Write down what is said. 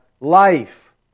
life